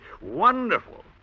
Wonderful